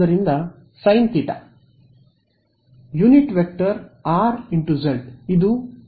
unit vector | r || z | ಇದು ಒಂದು ಆಗಿದೆ